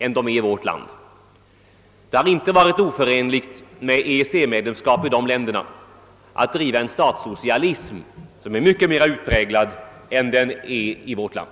och Italien än i Sverige. I de länderna har det inte varit oförenligt med EEC medlemskap att bedriva en mycket mera utpräglad statssocialism än den vi har i vårt land.